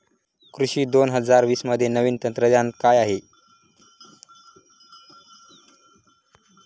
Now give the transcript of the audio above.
कृषी दोन हजार वीसमध्ये नवीन तंत्रज्ञान काय आहे?